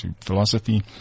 philosophy